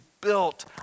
built